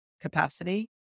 capacity